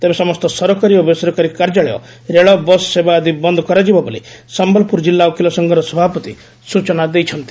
ତେବେ ସମସ୍ତ ସରକାରୀ ଓ ବେସରକାରୀ କାର୍ଯ୍ୟାଳୟ ରେଳ ବସ୍ ସେବାଆଦି ବନ୍ଦ କରାଯିବ ବୋଲି ସମ୍ମଲପୁର ଜିଲ୍ଲା ଓକିଲ ସଂଘର ସଭାପତି ସ୍ଚନା ଦେଇଛନ୍ତି